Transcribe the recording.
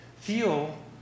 feel